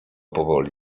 powoli